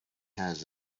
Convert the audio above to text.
has